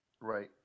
Right